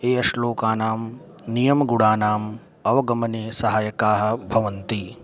ए श्लोकानां नियमगुणानाम् अवगमने सहायकाः भवन्ति